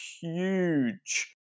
huge